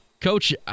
Coach